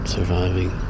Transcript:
Surviving